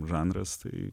žanras tai